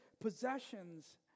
possessions